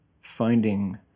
finding